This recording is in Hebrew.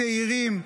צעירים,